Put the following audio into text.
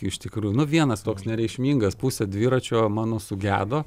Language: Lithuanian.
iš tikrųjų nu vienas toks nereikšmingas pusė dviračio mano sugedo